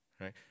right